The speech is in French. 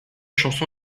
chanson